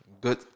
good